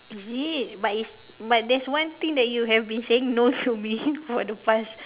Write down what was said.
is it but is but there's one thing that you have been saying no to me for the past